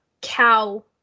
cow